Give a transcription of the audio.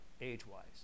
age-wise